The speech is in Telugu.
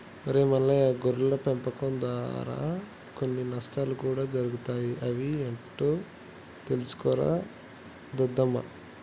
ఒరై మల్లయ్య గొర్రెల పెంపకం దారా కొన్ని నష్టాలు కూడా జరుగుతాయి అవి ఏంటో తెలుసుకోరా దద్దమ్మ